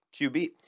QB